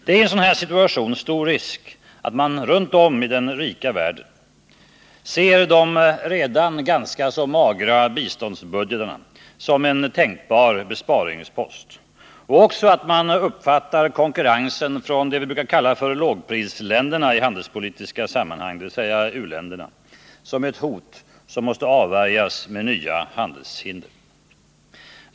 Det är i en sådan situation stor risk att man runt om i den rika världen ser de redan ganska magra biståndsbudgetarna som en tänkbar besparingspost och uppfattar konkurrensen från lågprisländerna som ett hot som måste avvärjas med nya handelsrestriktioner.